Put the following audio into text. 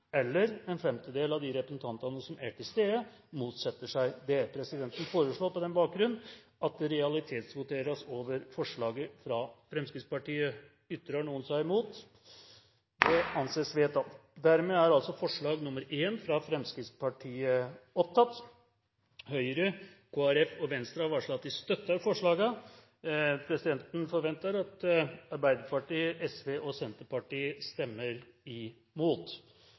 eller en femtedel av de representantene som er til stede, motsetter seg dette. Presidenten foreslår på denne bakgrunn at det realitetsvoteres over forslaget fra Fremskrittspartiet. Ingen innvendinger er kommet mot det – og det anses vedtatt. Forslag nr. 1, fra Fremskrittspartiet,